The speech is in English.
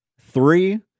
Three